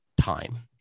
time